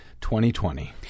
2020